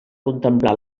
contemplar